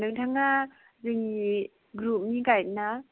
नोंथाङा जोंनि ग्रुपनि गाइड ना